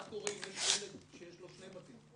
מה קורה אם יש ילד שיש לו שני בתים?